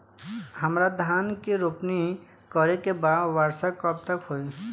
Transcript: हमरा धान के रोपनी करे के बा वर्षा कब तक होई?